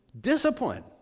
discipline